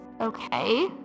Okay